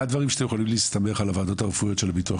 מה הדברים שאתם יכולים להסתמך על הוועדות הרפואיות של הביטוח